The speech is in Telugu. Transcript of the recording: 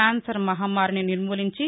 కాన్సర్ మహమ్మారిని నిర్మూలించి